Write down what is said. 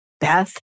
Beth